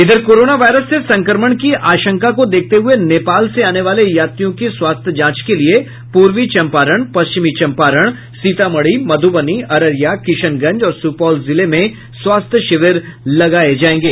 इधर corona virus से संक्रमण की आशंका को देखते हुये नेपाल से आने वाले यात्रियों की स्वास्थ्य जांच के लिए पूर्वी चम्पारण पश्चिमी चम्पारण सीतामढ़ी मधुबनी अररिया किशनगंज और सुपौल जिले में स्वास्थ्य शिविर लगाये जायेंगे